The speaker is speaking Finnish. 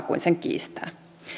kuin sen kiistää